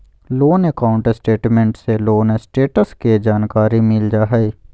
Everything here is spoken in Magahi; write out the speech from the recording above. लोन अकाउंट स्टेटमेंट से लोन स्टेटस के जानकारी मिल जा हय